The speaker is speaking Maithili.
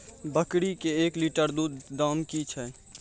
बकरी के एक लिटर दूध दाम कि छ?